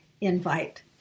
invite